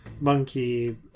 monkey